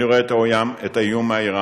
אני רואה את האיום האירני